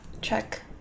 check